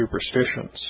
superstitions